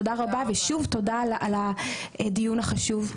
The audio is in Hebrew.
תודה רבה ושוב תודה על הדיון החשוב.